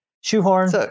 shoehorn